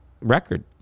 Record